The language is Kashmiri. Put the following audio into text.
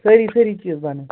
سٲری سٲری چیٖز بَنن